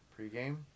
Pregame